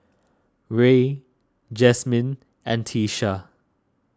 Rey Jasmyn and Tyesha